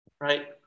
Right